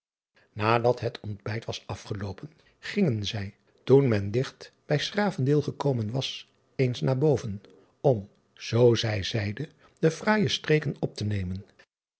adat het ontbijt was afgeloopen ging zij toen men digt bij s ravendeel gekomen was eens naar boven om zoo zij zeide de fraaije streken op te nemen